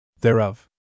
thereof